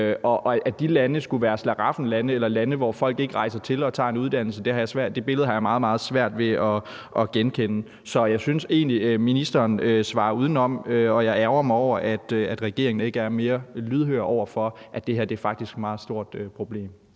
at det skulle være et slaraffenland eller et land, som folk ikke rejser til og tager en uddannelse i, har jeg meget, meget svært ved at genkende. Så jeg synes egentlig, ministeren svarer udenom, og jeg ærgrer mig over, at regeringen ikke er mere lydhør over for, at det her faktisk er et meget stort problem.